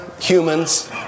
humans